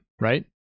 right